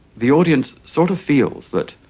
the audience sort of feels that